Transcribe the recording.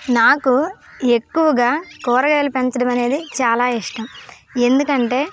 నాకు ఎక్కువగా కూరగాయలు పెంచడం అనేది చాలా ఇష్టం ఎందుకంటే